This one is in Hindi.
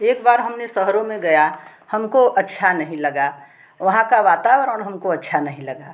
एक बार हमने शहरों में गया हमको अच्छा नहीं लगा वहाँ का वातावरण हमको अच्छा नहीं लगा